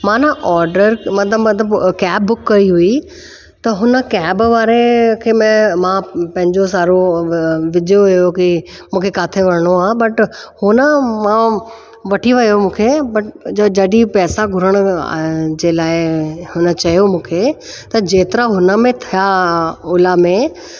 मां न ऑडर मतिलबु मतिलबु कैब बुक कई हुई त हुन कैब वारे खे मै मां पंहिंजो सारो विझियो हुओ की मूंखे किते वञिणो आहे बट उहो न मां वठी वियो मूंखे जॾहिं पैसा घुरण जे लाइ हुन चयो मूंखे त जेतिरा हुन में थिया ओला में